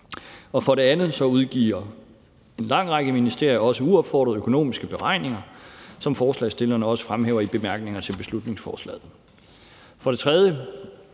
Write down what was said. Så udgiver en lang række ministerier også uopfordret økonomiske beregninger, som forslagsstillerne også fremhæver i bemærkningerne til beslutningsforslaget. Derudover